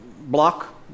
block